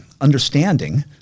understanding